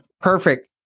Perfect